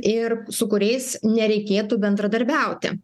ir su kuriais nereikėtų bendradarbiauti